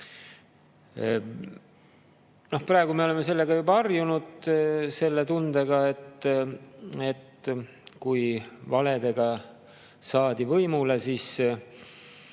Praegu me oleme sellega juba harjunud, selle tundega, et kui valedega saadi võimule, siis